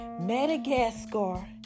Madagascar